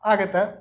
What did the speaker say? ಆಗುತ್ತೆ